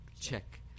check